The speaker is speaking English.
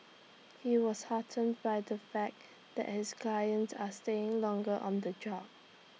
he was heartened by the fact that his clients are staying longer on the job